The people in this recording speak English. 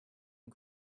and